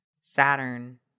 Saturn